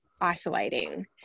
isolating